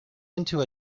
into